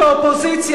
כאופוזיציה,